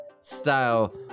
style